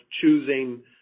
choosing